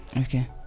okay